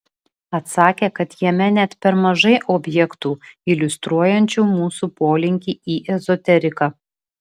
atsakė kad jame net per mažai objektų iliustruojančių mūsų polinkį į ezoteriką